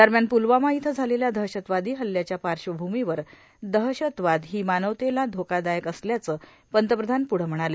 दरम्यान प्लवामा इथं झालेल्या दहशतवादी हल्ल्याच्या पाश्वभूमीवर दहशतवाद ही मानवतेला धोकादायक असल्याचं पंतप्रधान पुढं म्हणाले